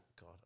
God